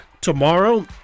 tomorrow